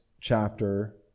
chapter